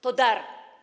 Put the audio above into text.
To dar.